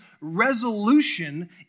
resolution